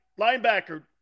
linebacker